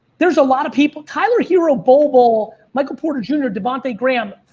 there's a lot of people, tyler herro, bol bol, michael porter jr, devante graham,